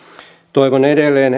toivon edelleen